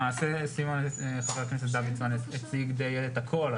למעשה חבר הכנסת דוידסון הציג את הכול.